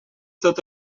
tot